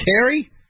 Carrie